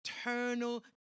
eternal